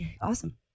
awesome